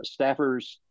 staffers